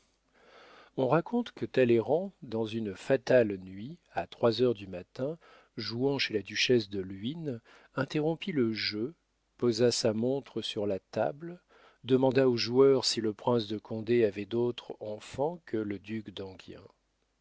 on raconte que talleyrand dans une fatale nuit à trois heures du matin jouant chez la duchesse de luynes interrompit le jeu posa sa montre sur la table demanda aux joueurs si le prince de condé avait d'autre enfant que le duc